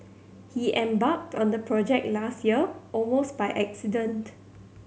he embarked on the project last year almost by accident